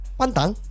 pantang